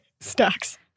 stocks